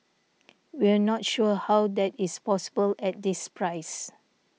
we're not sure how that is possible at this price